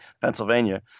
Pennsylvania